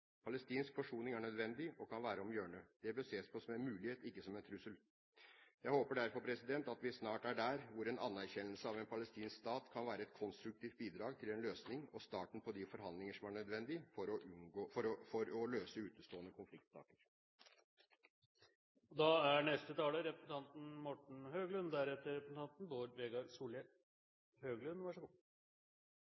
Palestinsk forsoning er nødvendig og kan være om hjørnet. Det bør ses som en mulighet, ikke som en trussel. Jeg håper derfor at vi snart er der hvor en anerkjennelse av en palestinsk stat kan være et konstruktivt bidrag til en løsning og starten på de forhandlinger som er nødvendig for å løse utestående konfliktsaker.